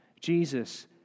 Jesus